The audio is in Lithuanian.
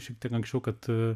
šiek tiek anksčiau kad